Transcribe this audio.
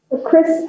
Chris